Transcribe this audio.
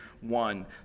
one